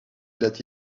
that